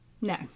no